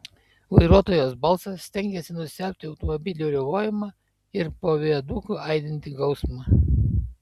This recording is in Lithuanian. vairuotojos balsas stengėsi nustelbti automobilių riaumojimą ir po viaduku aidintį gausmą